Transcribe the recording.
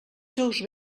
seus